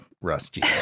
rusty